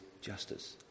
justice